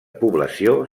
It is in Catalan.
població